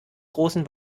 großen